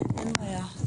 אין בעיה.